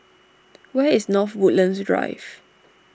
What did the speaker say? where is North Woodlands Drive